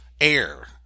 air